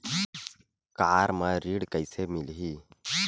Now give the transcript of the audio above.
Car म ऋण कइसे मिलही?